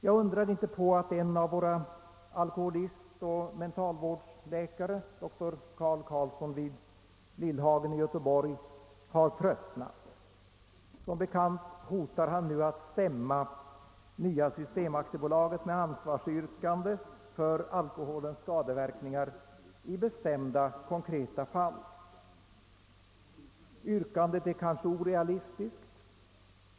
Jag undrar inte på att en av våra alkoholistoch mentalvårdsläkare, doktor Carl Carlsson vid Lillhagens sjukhus i Göteborg, har tröttnat. Som bekant hotar han nu att stämma Nya system AB med ansvarsyrkande för alkoholens skadeverkningar i några bestämda konkreta fall. Yrkandet är kanske orealistiskt.